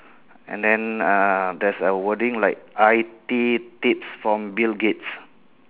and then uh there's a wording like I_T tips from bill gates